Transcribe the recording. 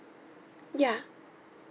ya